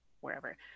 wherever